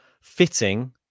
fitting